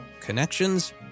connections